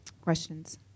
Questions